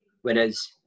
Whereas